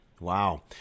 Wow